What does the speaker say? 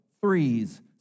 threes